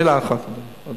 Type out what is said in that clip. מלה אחת, אדוני.